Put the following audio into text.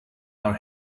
our